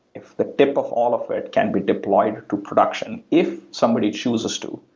if the tip of all of it can be deployed to production if somebody chooses to,